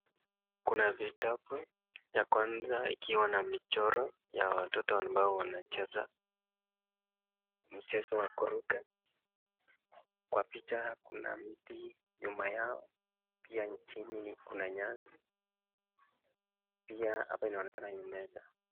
Kuna vitabu, ya kwanza ikiwa na michoro ya watoto ambao wanacheza mchezo wa kuruka. Kwa picha kuna mti nyuma yao, pia chini kuna nyasi, pia hapa inaonekana ni meza.